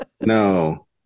No